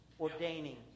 ordaining